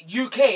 UK